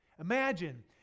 Imagine